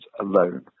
alone